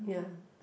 ya